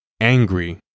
angry